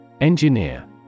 Engineer